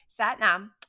Satnam